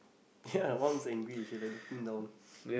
ya one's angry she like looking down